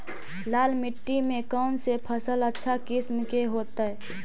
लाल मिट्टी में कौन से फसल अच्छा किस्म के होतै?